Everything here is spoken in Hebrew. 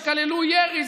שכללו ירי,